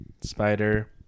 spider